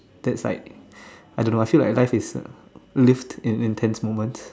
that's like I don't know I feel like life is a lived in intense moments